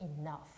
enough